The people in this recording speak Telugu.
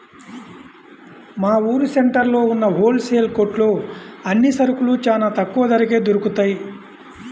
మా ఊరు సెంటర్లో ఉన్న హోల్ సేల్ కొట్లో అన్ని సరుకులూ చానా తక్కువ ధరకే దొరుకుతయ్